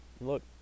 look